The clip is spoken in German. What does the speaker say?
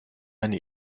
eine